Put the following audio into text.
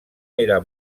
era